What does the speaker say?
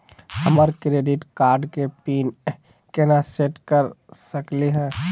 हमर credit card के PIN केना सेट कर सकली हे?